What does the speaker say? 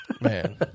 Man